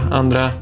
andra